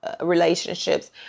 relationships